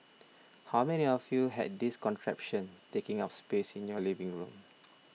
how many of you had this contraption taking up space in your living room